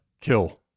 Kill